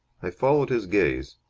i followed his gaze.